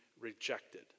rejected